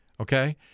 okay